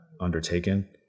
undertaken